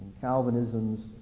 Calvinism's